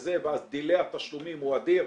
ואז דיליי התשלומים הוא אדיר.